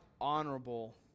honorable